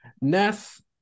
Ness